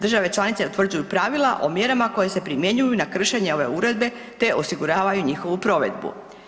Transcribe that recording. Države članice utvrđuju pravila o mjerama koje se primjenjuju na kršenje ove uredbe te osiguravaju njihovu provedbu.